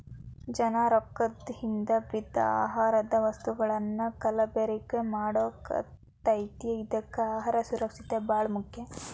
ಜನಾ ರೊಕ್ಕದ ಹಿಂದ ಬಿದ್ದ ಆಹಾರದ ವಸ್ತುಗಳನ್ನಾ ಕಲಬೆರಕೆ ಮಾಡಾಕತೈತಿ ಅದ್ಕೆ ಅಹಾರ ಸುರಕ್ಷಿತ ಬಾಳ ಮುಖ್ಯ